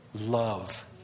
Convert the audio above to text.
love